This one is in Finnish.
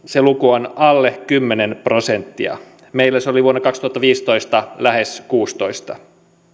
luku on alle kymmenen prosenttia meillä se oli vuonna kaksituhattaviisitoista lähes kuusitoista prosenttia